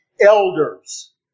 elders